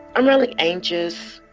i'm really anxious.